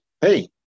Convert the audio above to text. Hey